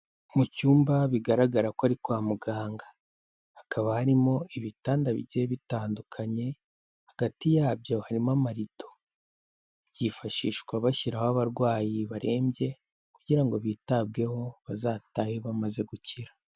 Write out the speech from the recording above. Mu cyumba bigaragara ko ari kwa muganga. Hakaba harimo ibitanda bigiye bitandukanye, hagati yabyo harimo amarido. Byifashishwa bashyiraho abarwayi barembye, kugira ngo bitabweho, bazatahe bamaze gukira.